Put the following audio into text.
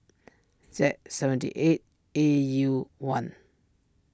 Z seventy eight A U one